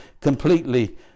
completely